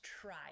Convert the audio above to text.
try